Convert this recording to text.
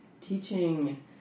teaching